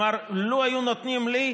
הוא אמר: לו היו נותנים לי,